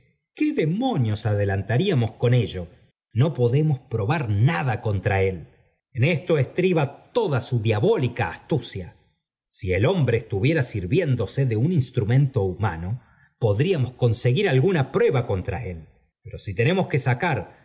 qué démonios adelantaríamos con ello no podemos probar nada contra él j en esto estriba toda su diabólica astucia si el hombre estuviera sirviéndose de un instrumento humano podríamos conseguir alguna p rueba contra él pero si tenemos que sacar